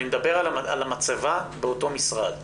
אני מדבר על המצבה באותו משרד.